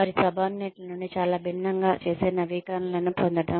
వారి సబార్డినేట్స్ నుండి చాలా భిన్నంగా చేసే నవీకరణలను పొందడం